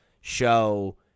show